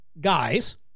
guys